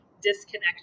disconnect